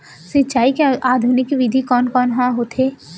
सिंचाई के आधुनिक विधि कोन कोन ह होथे?